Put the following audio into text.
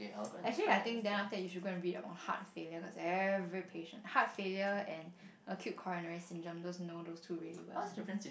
actually I think then after that you should go read up on heart failure cause every patient heart failure and acute coronary syndrome those you know those two really well